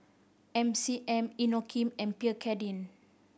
M C M Inokim and Pierre Cardin